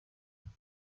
town